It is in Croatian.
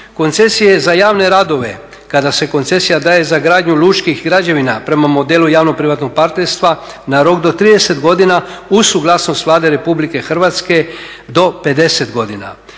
Koncesije za javne radove kada se koncesija za gradnju lučkih građevina prema modelu javno privatnog partnerstva, na rok do 30 godina uz suglasnost Vlade RH do 50 godina.